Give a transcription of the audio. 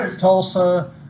Tulsa